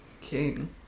king